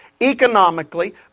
economically